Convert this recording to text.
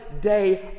day